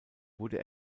wurde